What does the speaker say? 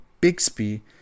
Bixby